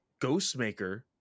Ghostmaker